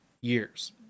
years